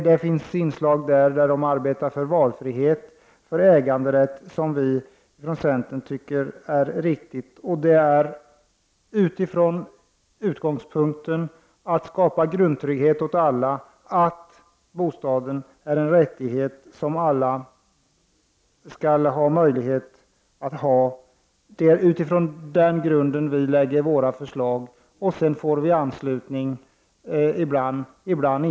Det finns dock inslag som vi tycker är riktiga. Det gäller exempelvis den valfrihet och den äganderätt som de talar om. Utgångspunkten är att skapa grundtrygghet för alla och att alla skall ha rätt till en bostad. Det är utifrån den grunden som vi lägger fram våra förslag. Ibland vinner de anslutning, ibland inte.